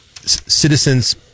citizens